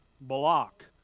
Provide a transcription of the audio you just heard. Block